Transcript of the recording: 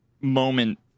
moment